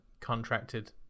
Contracted